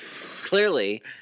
Clearly